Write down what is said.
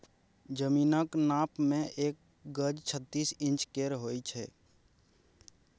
जमीनक नाप मे एक गज छत्तीस इंच केर होइ छै